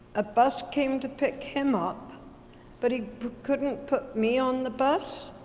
a bus came to pick him up but he couldn't put me on the bus,